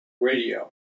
radio